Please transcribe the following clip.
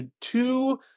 two